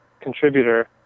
contributor